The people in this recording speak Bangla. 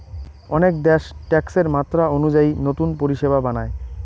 অনেক দ্যাশ ট্যাক্সের মাত্রা অনুযায়ী নতুন পরিষেবা বানায়